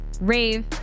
rave